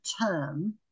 term